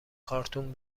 کارتون